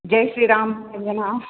जय Shriram वंदना